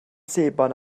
sebon